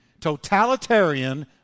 totalitarian